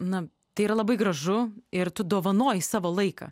na tai yra labai gražu ir tu dovanoji savo laiką